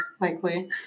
likely